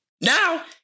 Now